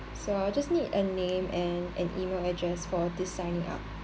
so I'll just need a name and an email address for this signing up